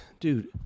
Dude